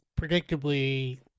predictably